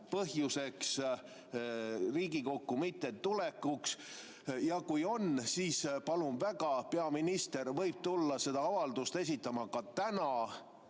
põhjus Riigikokku mitte tulla. Ja kui on, siis palun väga, peaminister võib tulla seda avaldust esitama ka täna.